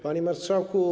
Panie Marszałku!